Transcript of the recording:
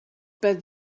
pas